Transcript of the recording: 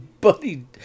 buddy